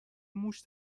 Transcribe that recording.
موش